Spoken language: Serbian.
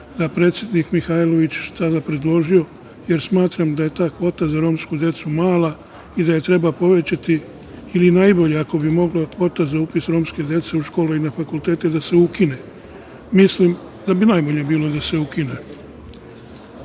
da predsednik Mihajlović, još tada je predložio, jer smatram da je ta kvota za romsku decu mala i da je treba povećati ili najbolje ako bi mogla kvota za upis romske dece za upis u škole i na fakultete, da se ukine. Mislim da bi najbolje bilo da se